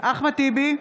אחמד טיבי,